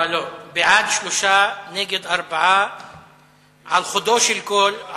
בעד, 3, נגד, 4. על חודו של קול,